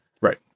Right